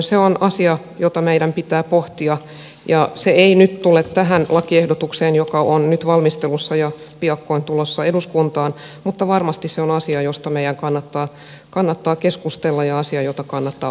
se on asia jota meidän pitää pohtia ja se ei nyt tule tähän lakiehdotukseen joka on nyt valmistelussa ja piakkoin tulossa eduskuntaan mutta varmasti se on asia josta meidän kannattaa keskustella ja asia jota kannattaa pohtia